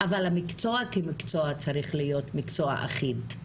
אבל המקצוע כמקצוע צריך להיות מקצוע אחיד.